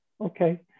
okay